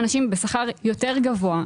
אנשים בשכר יותר גבוה,